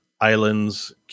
islands